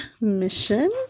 mission